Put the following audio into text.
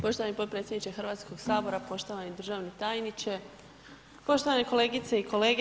Poštovani potpredsjedniče Hrvatskoga sabora, poštovani državni tajniče, poštovani kolegice i kolege.